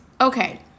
Okay